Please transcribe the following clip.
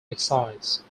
excise